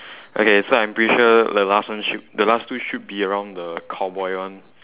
okay so I'm pretty sure the last one should the last two should be around the cowboy one